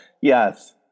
yes